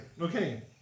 Okay